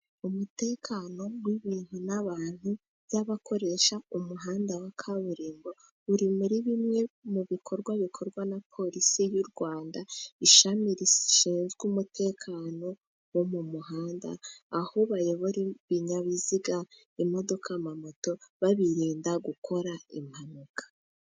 Umutekano w'ibintu n'abantu by'abakoresha umuhanda wa kaburimbo, uri muri bimwe mu bikorwa bikorwa na polisi y 'u Rwanda ishami rishinzwe umutekano wo mu muhanda , aho bayobora ibinyabiziga imodoka, amamoto babirinda gukora impanuka.